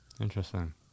interesting